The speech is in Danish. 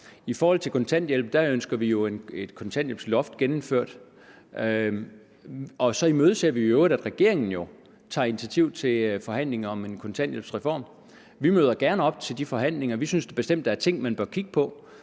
I forhold til kontanthjælpen ønsker vi jo et kontanthjælpsloft genindført, og så imødeser vi i øvrigt, at regeringen tager initiativ til forhandlinger om en kontanthjælpsreform. Vi møder gerne op til de forhandlinger. Vi synes bestemt, at der er ting, man bør kigge på.